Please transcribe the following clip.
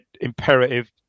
imperative